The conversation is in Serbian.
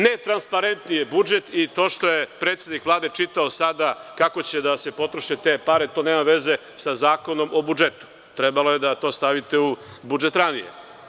Netransparentnji je budžet i to što je predsednik Vlade čitao sada kako će da se potroše te pare, to nema veze sa Zakonom o budžetu, trebalo je da to stavite u budžet mnogo ranije.